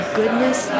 goodness